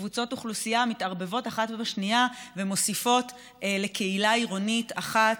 קבוצות אוכלוסייה מתערבבות אחת בשנייה ומוסיפות לקהילה עירונית אחת,